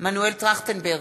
מנואל טרכטנברג,